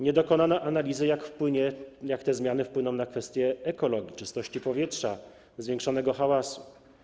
Nie dokonano analizy, jak te zmiany wpłyną na kwestię ekologii, czystości powietrza, zwiększonego hałasu.